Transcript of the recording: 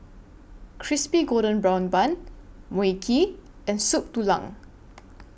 Crispy Golden Brown Bun Mui Kee and Soup Tulang